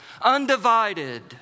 undivided